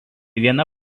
viena